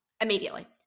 immediately